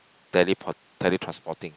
teleport tele~ transporting